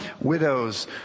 widows